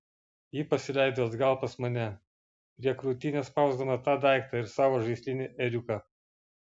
ji pasileido atgal pas mane prie krūtinės spausdama tą daiktą ir savo žaislinį ėriuką